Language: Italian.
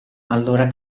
allora